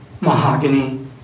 mahogany